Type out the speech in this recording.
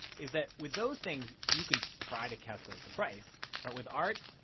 is that with those things, you can try to calculate the price, but with art,